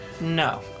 no